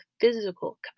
physical